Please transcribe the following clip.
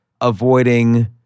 avoiding